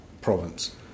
province